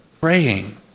praying